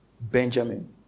Benjamin